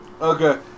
Okay